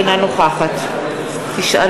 אינה נוכחת רבותי,